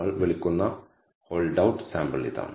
നമ്മൾ വിളിക്കുന്ന hold out sample ഇതാണ്